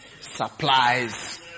supplies